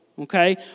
Okay